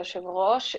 היושב ראש.